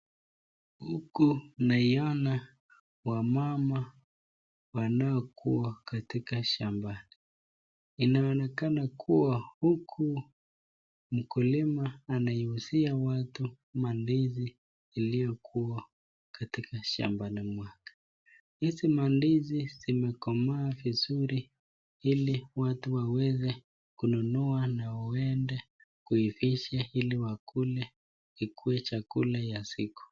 Huku naiona wamama wanaokua katika shamba, inaonekana kuwa huku mkulima anaiuzia watu mandizi iliokua katika shambani mwake, hizi mandizi zimekomaa vizuri ili watu waweze kununua na waende kuivisha ili wakule ikuwe chakula ya siku.